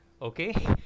Okay